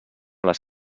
les